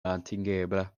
atingebla